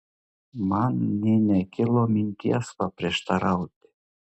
man nė nekilo minties paprieštarauti